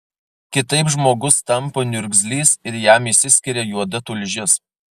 kitaip žmogus tampa niurgzlys ir jam išsiskiria juoda tulžis